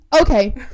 okay